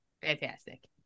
Fantastic